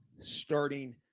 Starting